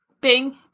Bing